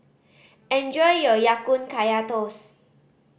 enjoy your Ya Kun Kaya Toast